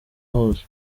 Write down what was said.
hose